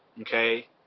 okay